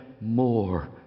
more